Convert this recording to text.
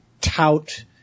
Tout